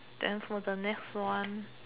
then for the next one